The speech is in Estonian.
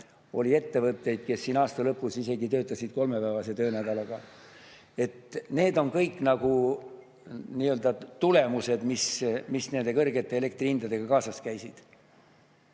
Oli ettevõtteid, kes siin aasta lõpus töötasid isegi kolmepäevase töönädalaga. Need on kõik nagu tulemused, mis nende kõrgete elektrihindadega kaasas käisid.